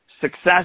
Success